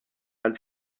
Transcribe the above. als